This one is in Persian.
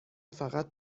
فقط